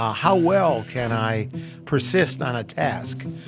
ah how well can i persist on a task,